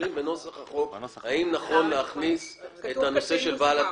האם בנוסח החוק נכון להכניס את בעל התפקיד?